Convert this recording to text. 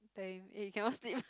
tell him eh you cannot sleep